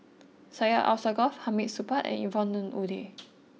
Syed Alsagoff Hamid Supaat and Yvonne Ng Uhde